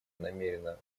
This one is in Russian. намерена